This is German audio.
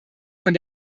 von